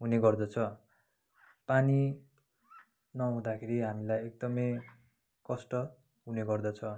हुने गर्दछ पानी नहुँदाखेरि हामीलाई एकदमै कष्ट हुने गर्दछ